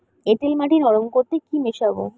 এঁটেল মাটি নরম করতে কি মিশাব?